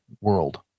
world